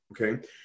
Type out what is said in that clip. okay